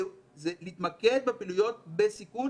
צריך להתמקד בפעילויות בסיכון